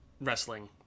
wrestling